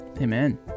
Amen